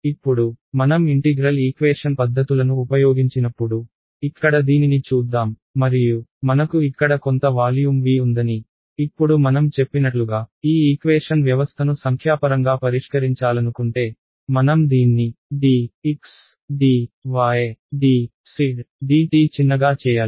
ఇప్పుడు మనం integral equation పద్ధతులను ఉపయోగించినప్పుడు ఇక్కడ దీనిని చూద్దాం మరియు మనకు ఇక్కడ కొంత వాల్యూమ్ v ఉందని ఇప్పుడు మనం చెప్పినట్లుగా ఈ ఈక్వేషన్ వ్యవస్థను సంఖ్యాపరంగా పరిష్కరిం చాలనుకుంటే మనం దీన్ని dx dy dz dt చిన్నగా చేయాలి